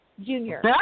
Junior